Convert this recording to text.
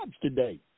today